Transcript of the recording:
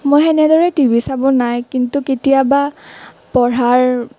মই সেনেদৰে টিভি চাব নাই কিন্তু কেতিয়াবা পঢ়াৰ